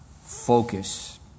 focus